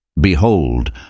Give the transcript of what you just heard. Behold